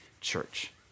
church